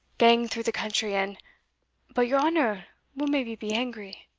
gang through the country, and but your honour will maybe be angry?